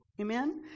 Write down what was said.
Amen